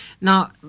now